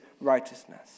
righteousness